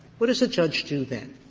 what does a judge do then?